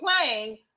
playing